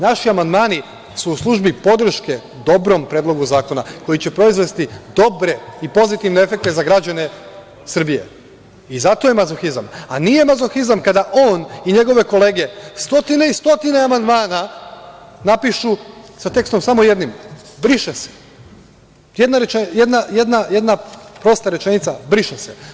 Naši amandmani su u službi podrške dobrom predlogu zakona, koji će proizvesti dobre i pozitivne efekte za građane Srbije i zato je mazohizam, a nije mazohizam kada on i njegove kolege stotine i stotine amandmana napišu sa tekstom samo jednim – briše se, jedna prosta rečenica – briše se.